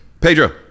Pedro